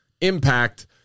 impact